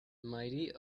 mighty